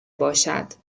باشد